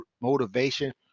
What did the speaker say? motivation